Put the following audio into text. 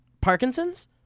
Parkinson's